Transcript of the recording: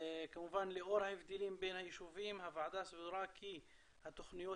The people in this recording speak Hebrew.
כמובן לאור ההבדלים בין היישובים הוועדה סבורה כי התוכניות